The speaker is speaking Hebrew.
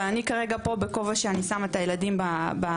אבל אני כרגע פה בכובע שאני שמה את הילדים במרכז,